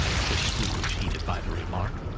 said scrooge, heated by the remark,